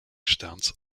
sterns